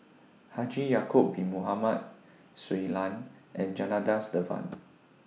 Haji Ya'Acob Bin Mohamed Shui Lan and Janadas Devan